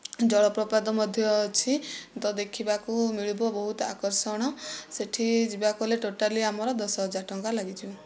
ଜଳପ୍ରପାତ ମଧ୍ୟ ଅଛି ତ ଦେଖିବାକୁ ମିଳିବ ବହୁତ ଆକର୍ଷଣ ସେଠି ଯିବାକୁ ହେଲେ ଟୋଟାଲି ଆମର ଦଶ ହଜାର ଟଙ୍କା ଲାଗିଯିବ